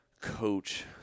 coach